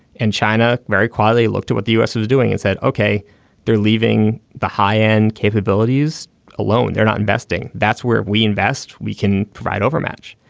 and china very quietly looked at what the u s. was doing and said ok they're leaving the high end capabilities alone. they're not investing. that's where we invest we can provide over match.